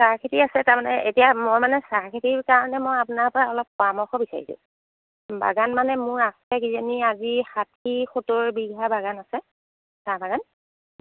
চাহ খেতি আছে তাৰ মানে এতিয়া মই মানে চাহ খেতিৰ কাৰণে মই আপোনাৰ পৰা অলপ পৰামৰ্শ বিচাৰিছো বাগান মানে মোৰ আছে কিজানি ষাঠি সত্তৰ বিঘা বাগান আছে চাহ বাগান